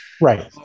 Right